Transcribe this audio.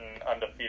undefeated